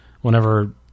whenever